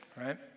right